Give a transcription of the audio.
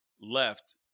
left